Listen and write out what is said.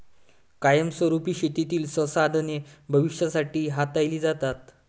कायमस्वरुपी शेतीतील संसाधने भविष्यासाठी हाताळली जातात